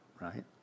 right